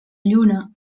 lluna